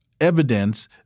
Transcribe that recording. evidence